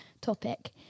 topic